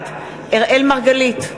בעד אראל מרגלית,